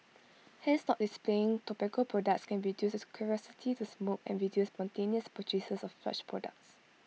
hence not displaying tobacco products can reduce the curiosity to smoke and reduce spontaneous purchases of such products